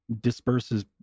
disperses